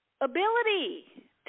ability